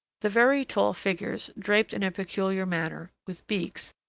the very tall figures draped in a peculiar manner with beaks,